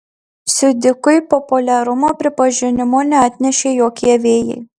siudikui populiarumo pripažinimo neatnešė jokie vėjai